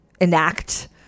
enact